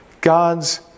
God's